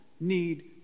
need